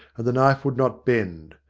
and the knife would not bend.